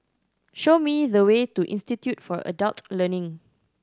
show me the way to Institute for Adult Learning